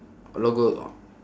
logo